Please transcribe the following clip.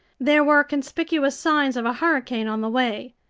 there were conspicuous signs of a hurricane on the way.